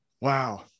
wow